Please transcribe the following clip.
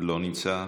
לא נמצא.